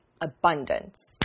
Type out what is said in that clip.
abundance